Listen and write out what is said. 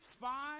five